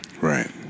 Right